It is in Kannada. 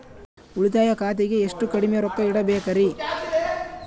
ಉಳಿತಾಯ ಖಾತೆಗೆ ಎಷ್ಟು ಕಡಿಮೆ ರೊಕ್ಕ ಇಡಬೇಕರಿ?